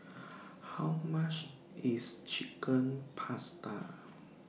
How much IS Chicken Pasta